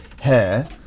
hair